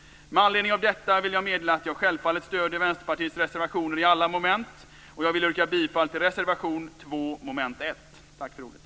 Med detta vill jag meddela att jag självfallet stöder Vänsterpartiets reservationer i alla moment och yrkar bifall till reservation 2 under mom. 1.